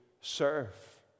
serve